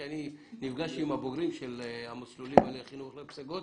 כי אני נפגשתי עם הבוגרים של המסלולים של חינוך לפסגות